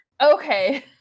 Okay